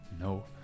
no